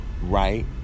right